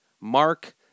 Mark